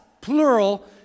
plural